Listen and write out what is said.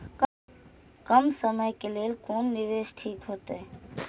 कम समय के लेल कोन निवेश ठीक होते?